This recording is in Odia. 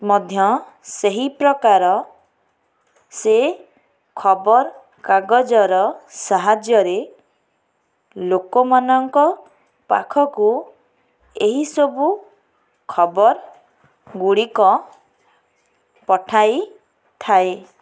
ମଧ୍ୟ ସେହିପ୍ରକାର ସେ ଖବରକାଗଜର ସାହାଯ୍ୟରେ ଲୋକମାନଙ୍କ ପାଖକୁ ଏହିସବୁ ଖବର ଗୁଡ଼ିକ ପଠାଇଥାଏ